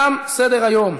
תם סדר-היום.